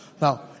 Now